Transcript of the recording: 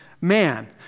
man